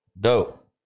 Dope